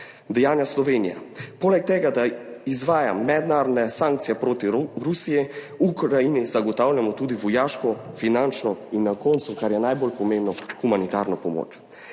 dejanja. Slovenija poleg tega, da izvaja mednarodne sankcije proti Rusiji, Ukrajini zagotavljamo tudi vojaško, finančno in na koncu, kar je najbolj pomembno, humanitarno pomoč.